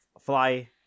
fly